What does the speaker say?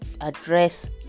address